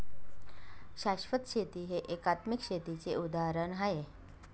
शाश्वत शेती हे एकात्मिक शेतीचे उदाहरण आहे